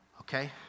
Okay